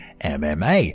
MMA